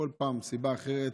כל פעם מסיבה אחרת.